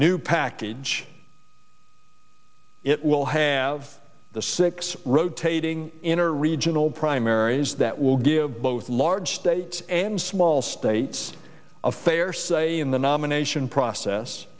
new package it will have the six rotating inner regional primaries that will give both large states and small states a fair say in the nomination process